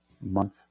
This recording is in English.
month